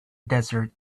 desert